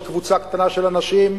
שקבוצה קטנה של אנשים,